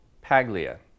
Paglia